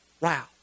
Wow